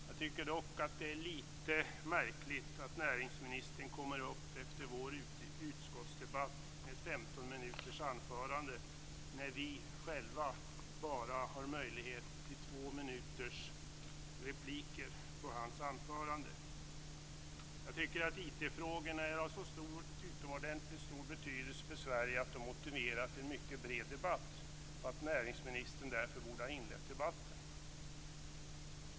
Jag tycker dock att det är lite märkligt att näringsministern efter vår utskottsdebatt kommer upp i denna debatt med ett 15 minuters anförande, när vi själva bara har möjlighet till två minuters repliker på hans anförande. Jag tycker att IT-frågorna är av så utomordentligt stor betydelse för Sverige att de motiverar en mycket bred debatt och att näringsministern därför borde ha inlett debatten.